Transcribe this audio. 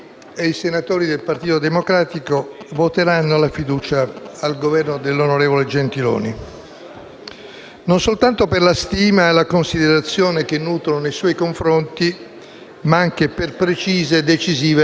per il rispetto dovuto a un risultato che ha visto bocciare dal popolo il provvedimento cardine della legislatura. Ho letto le dimissioni di Matteo Renzi come un'assunzione di sua personale responsabilità